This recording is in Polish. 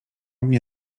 mnie